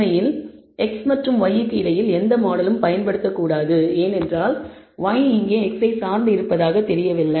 உண்மையில் x மற்றும் y க்கு இடையில் எந்த மாடலும் பயன்படுத்தப்படக்கூடாது ஏனென்றால் y இங்கே x ஐ சார்ந்து இருப்பதாக தெரியவில்லை